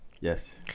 Yes